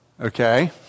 Okay